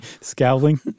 Scowling